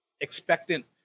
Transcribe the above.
expectant